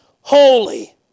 Holy